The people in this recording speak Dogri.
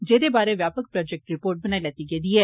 जेहदे बारै व्यापक प्रोजेक्ट रिर्पोट बनाई लैती गेदी ऐ